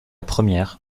première